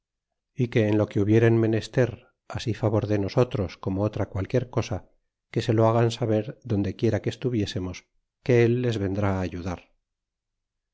é que en lo que hubieren menester así favor de nosotros como otra qualquier cosa que se lo hagan saber donde quiera que estuviésemos que al les vendrá á ayudar